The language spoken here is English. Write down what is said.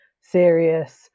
serious